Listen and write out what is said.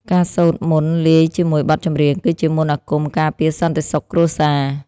ការសូត្រមន្តលាយជាមួយបទចម្រៀង គឺជាមន្តអាគមការពារសន្តិសុខគ្រួសារ។